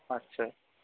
আচ্ছা